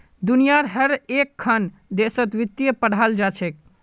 दुनियार हर एकखन देशत वित्त पढ़ाल जा छेक